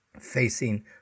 facing